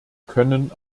können